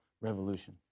revolution